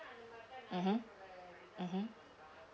mmhmm mmhmm